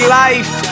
life